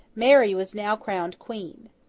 mary was now crowned queen.